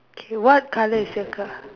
okay what colour is your car